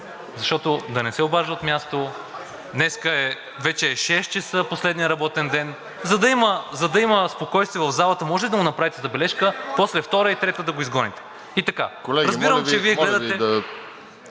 господин да не се обажда от място. Днес вече е шест часа, последният работен ден. За да има спокойствие в залата, можете ли да му направите забележка, после втора и трета да го изгоните? И така. Разбирам, че Вие гледате…